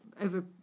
over